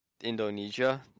Indonesia